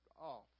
off